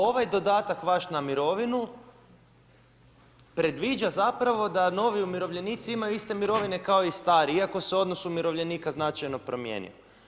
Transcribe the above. Ovaj dodatak vaš na mirovinu predviđa zapravo da novi umirovljenici imaju iste mirovine kao i stari iako se odnos umirovljenika značajno promijenio.